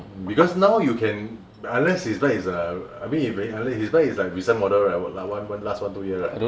because now you can unless his bike is a I mean unless his bike is like recent model right l~ l~ like last one two year right